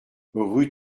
rue